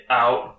out